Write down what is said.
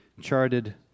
charted